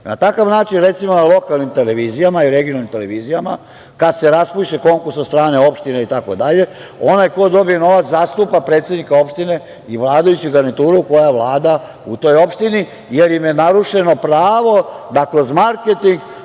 takav način, recimo, na lokalnim televizijama i regionalnim televizijama, kad se raspiše konkurs od strane opština itd, onaj ko dobije novac zastupa predsednika opštine i vladajuću garnituru koja vlada u toj opštini, jer im je narušeno pravo da kroz marketing